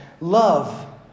love